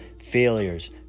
failures